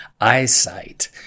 eyesight